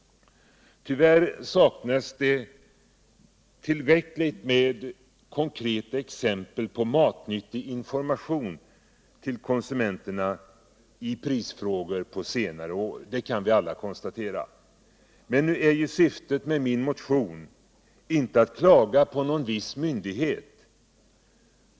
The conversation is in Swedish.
Tyvärr har det under senare år saknats tillräckligt med konkreta exempel på matnyttig information till konsumenterna i prisfrågor. Det kan vi alla konstatera. Men nu är syftet med min motion inte att klaga på någon viss myndighet.